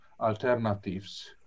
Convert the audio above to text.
alternatives